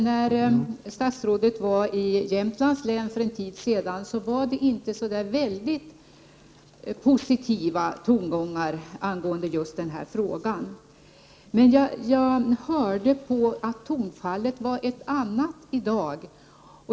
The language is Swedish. När statsrådet för en tid sedan var i Jämtlands län var det inte så väldigt positiva tongångar angående just denna fråga. Jag hörde att tonfallet var ett annat i dag.